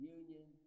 union